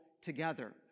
together